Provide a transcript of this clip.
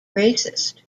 racist